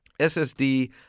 SSD